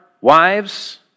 wives